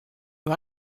you